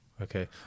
Okay